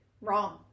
Wrong